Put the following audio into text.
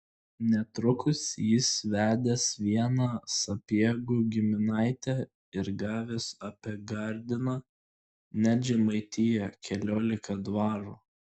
netrukus jis vedęs vieną sapiegų giminaitę ir gavęs apie gardiną net žemaitiją keliolika dvarų